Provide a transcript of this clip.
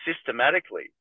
systematically